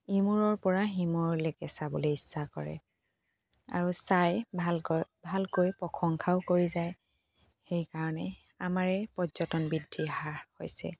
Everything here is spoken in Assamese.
ইমূৰৰ পৰা সিমূৰলৈকে চাবলৈ ইচ্ছা কৰে আৰু চাই ভালকৈ ভালকৈ প্ৰশংসাও কৰি যায় সেইকাৰণে আমাৰ এই পৰ্যটন বৃদ্ধি হ্ৰাস হৈছে